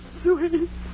sweet